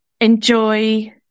enjoy